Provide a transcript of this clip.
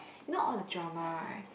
you know all the drama right